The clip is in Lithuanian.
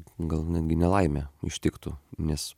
gal netgi nelaimė ištiktų nes